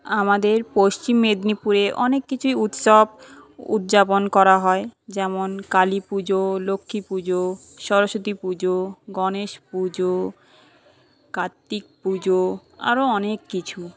আমাদের পশ্চিম মেদিনীপুরে অনেক কিছুই উৎসব উদযাপন করা হয় যেমন কালীপুজো লক্ষ্মীপুজো সরস্বতী পুজো গণেশ পুজো কার্ত্তিক পুজো আরো অনেক কিছু